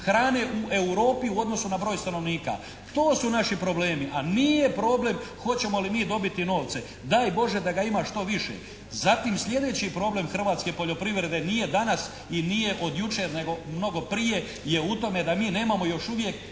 hrane u Europi u odnosnu na broj stanovnika. To su naši problemi. A nije problem hoćemo li mi dobiti novce. Daj Bože da ga ima što više. Zatim sljedeći problem hrvatske poljoprivrede nije danas i nije od jučer nego mnogo prije, je u tome da mi nemamo još uvijek